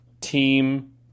Team